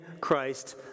Christ